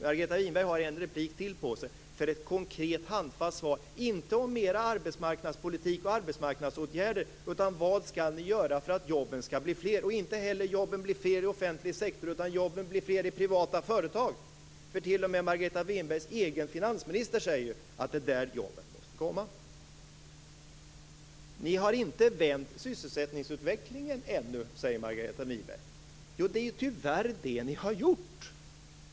Margareta Winberg har en replik till på sig för ett konkret, handfast svar - inte om mer arbetsmarknadspolitik och arbetsmarknadsåtgärder utan om vad ni skall göra för att jobben skall bli fler, och inte fler jobb i offentlig sektor utan fler jobb i privata företag. T.o.m. Margareta Winbergs egen finansminister säger ju att det är där jobben måste komma. Vi har inte vänt sysselsättningsutvecklingen ännu, säger Margareta Winberg. Jo, det är ju tyvärr det ni har gjort!